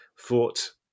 thought